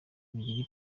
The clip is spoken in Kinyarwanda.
mugihe